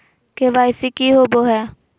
KYC की होबो है?